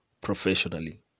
professionally